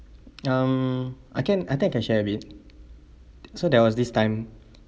um I can I think I can share a bit so there was this time